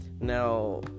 now